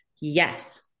yes